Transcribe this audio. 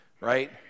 right